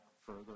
further